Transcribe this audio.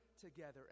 together